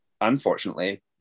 unfortunately